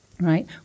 right